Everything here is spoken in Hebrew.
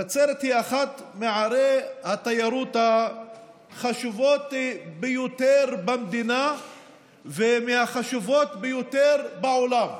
נצרת היא אחת מערי התיירות החשובות ביותר במדינה ומהחשובות ביותר בעולם.